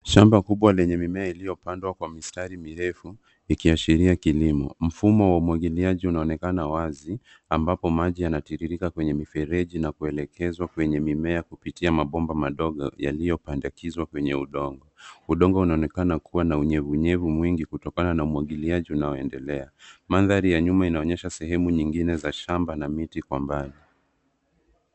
Shamba kubwa lenye mimea iliyopandwa kwa mistari mirefu ikiashiria kilimo. Mfumo wa umwagiliaji unaonekana wazi ambapo maji yanatiririka kwenye mifereji na kuelekezwa kwenye mimea kupitia mabomba madogo yaliyopandikizwa kwenye udongo. Udongo unaonekana kuwa na unyevunyevu mwingi kutokana na umwagiliaji unaendelea. Mandhari ya nyuma inaonyesha sehemu nyingine za shamba na miti kwa mbali.